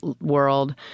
world